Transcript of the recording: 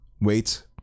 wait